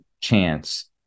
chance